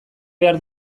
behar